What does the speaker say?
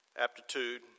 aptitude